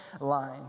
line